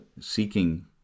seeking